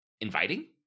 inviting